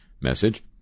message